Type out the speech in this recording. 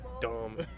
dumb